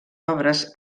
obres